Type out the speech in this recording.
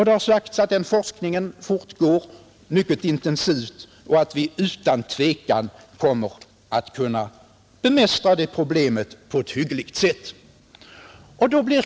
Det har sagts att forskningen fortgår mycket intensivt och att vi utan tvekan kommer att kunna bemästra det problemet på ett hyggligt sätt.